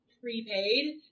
prepaid